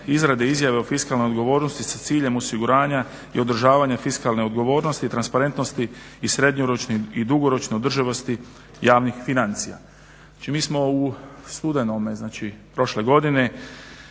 izrade, izjave o fiskalnoj odgovornosti sa ciljem osiguranja i održavanja fiskalne odgovornosti, transparentnosti i srednjoročne i dugoročne održivosti javnih financija. Znači, mi smo u studenome, znači prošle godine